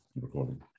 recording